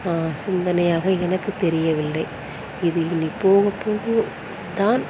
சிந்தனையாக எனக்கு தெரியவில்லை இது இனி போக போக தான்